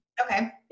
Okay